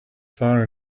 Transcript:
far